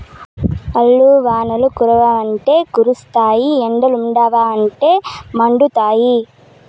ఆల్లు వానలు కురవ్వంటే కురుస్తాయి ఎండలుండవంటే మండుతాయి